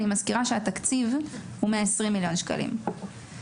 אני מזכירה שהתקציב הוא 120 מיליון שקלים.